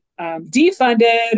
defunded